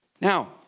Now